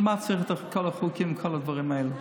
בשביל מה צריך את כל החוקים, כל הדברים האלה?